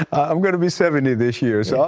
i'm going to be seventy this year, so